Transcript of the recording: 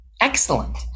Excellent